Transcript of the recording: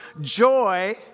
joy